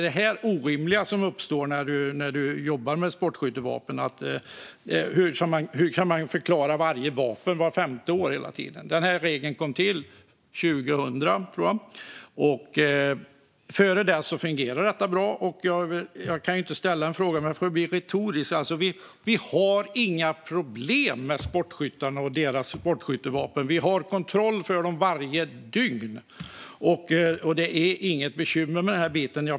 Det orimliga som uppstår när man jobbar med sportskyttevapen är att licensen för varje vapen ska omprövas vart femte år. Den här regeln kom till 2000. Dessförinnan fungerade detta bra. Jag kan ju inte få svar på min fråga, så den får bli retorisk. Vi har inga problem med sportskyttarna och deras sportskyttevapen. Det finns möjlighet att kontrollera dem varje dygn, så det är inget bekymmer.